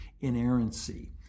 inerrancy